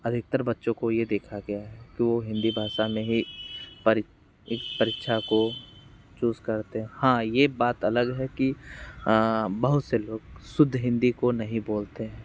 अधिकतर बच्चों को ये देखा गया कि वो हिंदी भाषा में ही परि परीक्षा को चूज़ करते हैं हाँ ये बात अलग है कि बहुत से लोग शुद्ध हिंदी को नहीं बोलते हैं